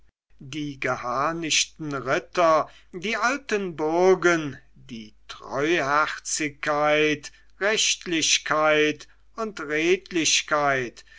die geharnischten ritter die alten burgen die treuherzigkeit rechtlichkeit und redlichkeit